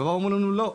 ואומרים לנו: לא,